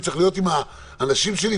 אני צריך להיות עם האנשים שלי,